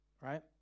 Right